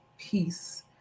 peace